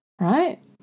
right